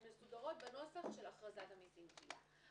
מסודרות בנוסח של הכרזת המסים (גבייה).